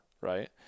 right